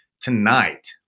tonight